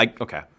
Okay